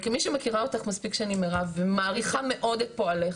וכמי שמכירה אותך מספיק שנים מירב ומעריכה מאוד את פועלך